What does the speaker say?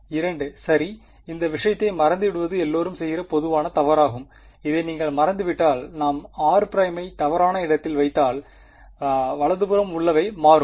2 சரி இந்த விஷயத்தை மறந்துவிடுவது எல்லோரும் செய்கிற பொதுவான தவறாகும் இதை நீங்கள் மறந்துவிட்டால் நாம் r′ ஐ தவறான இடத்தில் வைத்தால் வலது புறம் உள்ளவை மாறும்